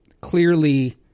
clearly